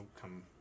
come